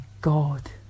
God